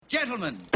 Gentlemen